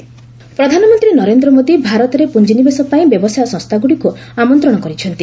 PM Birla ପ୍ରଧାନମନ୍ତ୍ରୀ ନରେନ୍ଦ୍ର ମୋଦି ଭାରତରେ ପୁଞ୍ଜିନିବେଶ ପାଇଁ ବ୍ୟବସାୟ ସଂସ୍ଥାଗୁଡିକୁ ଆମନ୍ତ୍ରଣ କରିଛନ୍ତି